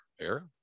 air